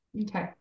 okay